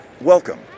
Welcome